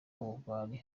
ubugwari